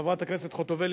חברת הכנסת חוטובלי,